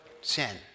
sin